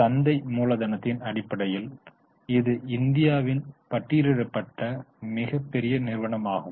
சந்தை மூலதனத்தின் அடிப்படையில் இது இந்தியாவின் பட்டியலிடப்பட்ட மிக பெரிய நிறுவனமாகும்